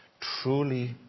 truly